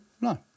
no